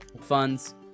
funds